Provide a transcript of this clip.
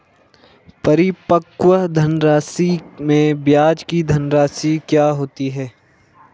परिपक्व धनराशि में ब्याज की धनराशि क्या होती है?